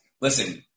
listen